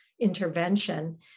intervention